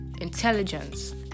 intelligence